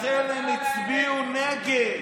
הייתי איתך, והצביעו נגד.